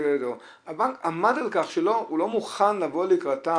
הבנק עמד על כך שהוא לא מוכן לבוא לקראתה.